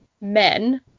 men